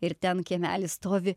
ir ten kiemely stovi